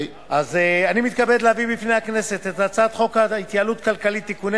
אני מתכבד להביא בפני הכנסת את הצעת חוק ההתייעלות הכלכלית (תיקוני